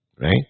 right